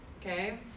Okay